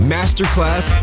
Masterclass